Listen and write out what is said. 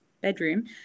bedroom